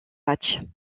matchs